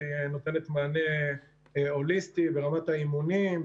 שנותנת מענה הוליסטי ברמת האימונים,